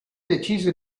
decise